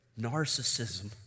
narcissism